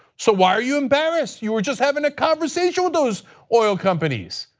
so why are you embarrassed? you were just having a conversation with those oil companies.